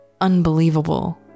unbelievable